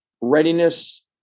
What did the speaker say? readiness